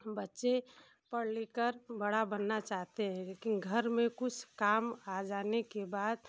बच्चे पढ़ लिखकर बड़ा बनना चाहते हैं लेकिन घर में कुछ काम आ जाने के बाद